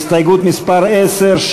הסתייגות מס' 10,